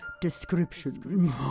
description